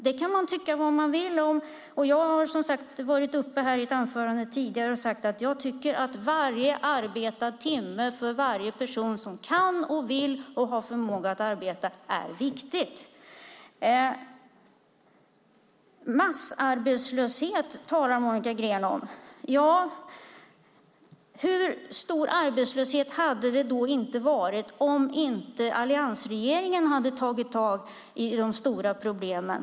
Det kan man tycka vad man vill om. Jag har i ett tidigare anförande sagt att jag tycker att varje arbetad timme för varje person som kan och vill och har förmågan att arbeta är viktig. Massarbetslöshet talar Monica Green om. Hur stor arbetslöshet hade det inte varit om inte alliansregeringen hade tagit tag i de stora problemen?